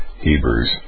Hebrews